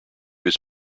his